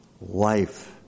Life